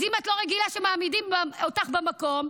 אז אם את לא רגילה שמעמידים אותך במקום,